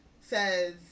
says